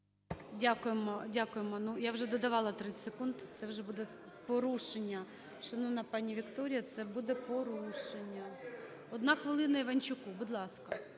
Дякуємо, дякуємо. Я вже додавала 30 секунд, це вже буде порушення. Шановна пані Вікторія, це буде порушення. Одна хвилина Іванчуку, будь ласка.